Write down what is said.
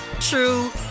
true